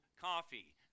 coffee